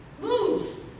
moves